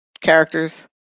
characters